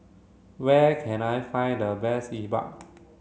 where can I find the best Yi Bua